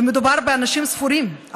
מדובר באנשים ספורים,